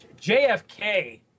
JFK